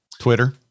Twitter